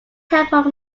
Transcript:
temple